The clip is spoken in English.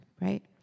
right